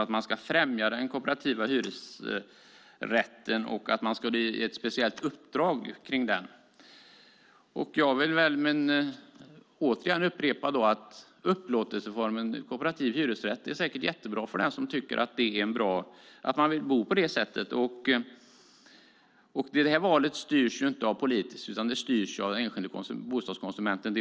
att man ska främja den kooperativa hyresrätten och ge ett speciellt uppdrag kring den. Jag vill upprepa att upplåtelseformen kooperativ hyresrätt säkert är jättebra för den som vill bo på det sättet. Detta val styrs dock inte politiskt, utan också det styrs av den enskilde bostadskonsumenten.